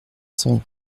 cent